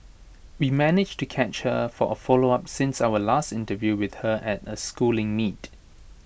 we managed to catch her for A follow up since our last interview with her at A schooling meet